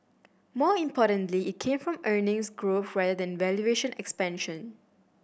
more importantly it came from earnings growth rather than valuation expansion